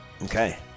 Okay